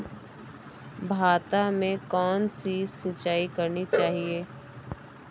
भाता में कौन सी सिंचाई करनी चाहिये?